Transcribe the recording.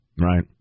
Right